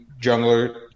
jungler